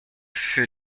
für